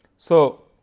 so